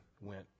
went